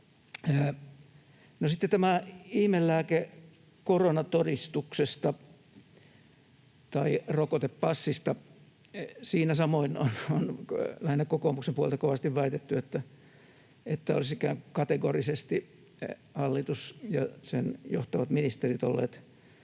ihmelääke, koronatodistus tai rokotepassi. Siinä samoin on lähinnä kokoomuksen puolelta kovasti väitetty, että ikään kuin kategorisesti hallitus ja sen johtavat ministerit olisivat